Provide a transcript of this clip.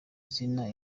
izina